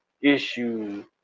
issue